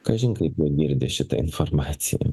kažin kaip jie girdi šitą informaciją